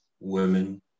women